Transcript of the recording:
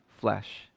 flesh